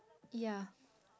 ya